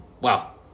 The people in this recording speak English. Wow